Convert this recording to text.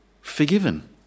forgiven